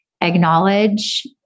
Acknowledge